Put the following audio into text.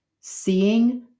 seeing